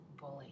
bully